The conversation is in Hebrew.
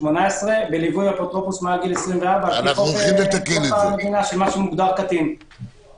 בליווי אפוטרופוס מעל גיל 24. אם מישהו